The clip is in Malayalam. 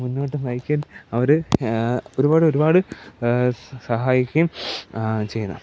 മുന്നോട്ട് നയിക്കാൻ അവർ ഒരുപാട് ഒരുപാട് സഹായിക്കുകയും ചെയ്യുന്നു